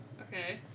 Okay